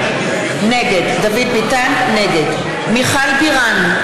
נגד מיכל בירן,